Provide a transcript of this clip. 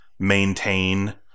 maintain